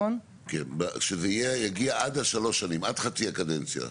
שזה יגיע עד שנתיים וחצי, עד חצי הקדנציה.